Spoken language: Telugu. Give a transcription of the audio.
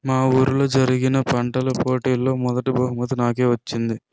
మా వూరిలో జరిగిన పంటల పోటీలలో మొదటీ బహుమతి నాకే వచ్చింది